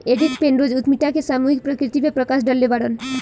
Edith Penrose उद्यमिता के सामूहिक प्रकृति पर प्रकश डलले बाड़न